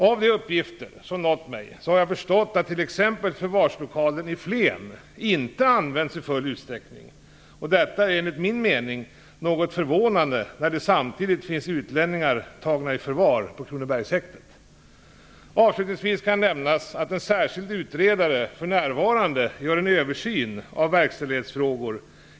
Av de uppgifter som nått mig har jag förstått att t.ex. förvarslokalen i Flen inte används i full utsträckning. Detta är enligt min mening något förvånande, när det samtidigt finns utlänningar tagna i förvar på Avslutningsvis kan nämnas att en särskild utredare för närvarande gör en översyn av verkställighetsfrågor.